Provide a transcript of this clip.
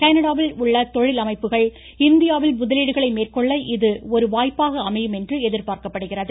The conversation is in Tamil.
கனடாவில் உள்ள தொழில் அமைப்புகள் இந்தியாவில் முதலீடுகளை மேற்கொள்ள இது ஒரு வாய்ப்பாக அமையும் என்று எதிர்பார்க்கப்படுகிறது